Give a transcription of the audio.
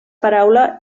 paraula